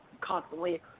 constantly